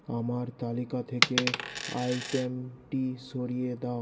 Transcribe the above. আমার তালিকা থেকে আইটেমটি সরিয়ে দাও